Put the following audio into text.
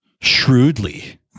shrewdly